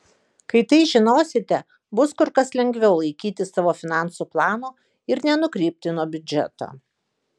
kai tai žinosite bus kur kas lengviau laikytis savo finansų plano ir nenukrypti nuo biudžeto